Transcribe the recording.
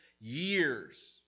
years